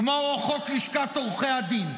כמו חוק לשכת עורכי הדין,